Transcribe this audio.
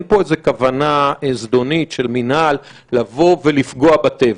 אין פה איזו כוונה זדונית של המינהל לפגוע בטבע,